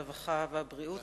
הרווחה והבריאות,